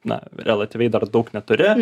na relatyviau dar daug neturi